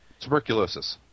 Tuberculosis